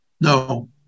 No